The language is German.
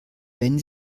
wenn